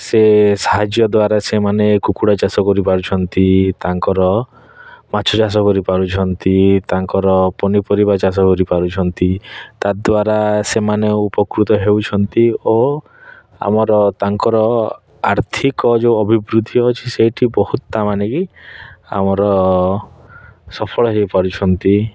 ସେ ସାହାଯ୍ୟ ଦ୍ଵାରା ସେମାନେ କୁକୁଡ଼ା ଚାଷ କରିପାରୁଛନ୍ତି ତାଙ୍କର ମାଛ ଚାଷ କରିପାରୁଛନ୍ତି ତାଙ୍କର ପନିପରିବା ଚାଷ କରିପାରୁଛନ୍ତି ତା ଦ୍ଵାରା ସେମାନେ ଉପକୃତ ହେଉଛନ୍ତି ଓ ଆମର ତାଙ୍କର ଆର୍ଥିକ ଯେଉଁ ଅଭିବୃଦ୍ଧି ଅଛି ସେଇଠି ବହୁତ ତା ମାନେ କି ଆମର ସଫଳ ହୋଇପାରୁଛନ୍ତି